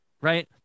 right